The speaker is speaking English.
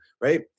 right